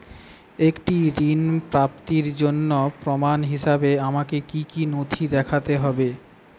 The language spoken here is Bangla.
একটি ঋণ প্রাপ্তির জন্য প্রমাণ হিসাবে আমাকে কী কী নথি দেখাতে হবে?